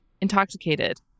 intoxicated